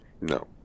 no